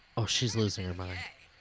oh, she's losing her mind.